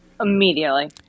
Immediately